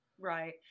Right